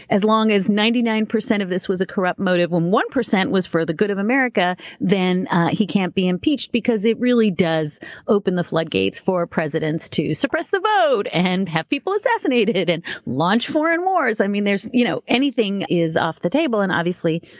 as long as ninety nine percent of this was a corrupt motive, when one percent was for the good of america, then he can't be impeached. because it really does open the floodgates for presidents to suppress the vote, and have people assassinated, and launch foreign wars. i mean, you know anything is off the table and obviously,